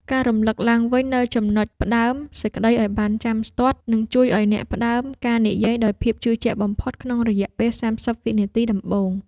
ការរំលឹកឡើងវិញនូវចំណុចផ្ដើមសេចក្ដីឱ្យបានចាំស្ទាត់ នឹងជួយឱ្យអ្នកផ្ដើមការនិយាយដោយភាពជឿជាក់បំផុតក្នុងរយៈពេល ៣០ វិនាទីដំបូង។